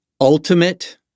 Ultimate